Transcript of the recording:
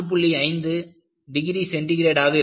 5 degree centigrade ஆக இருந்தது